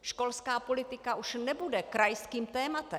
Školská politika už nebude krajským tématem.